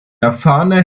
erfahrene